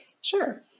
Sure